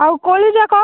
ଆଉ କୋଳି ଯାକ